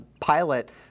pilot